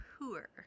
poor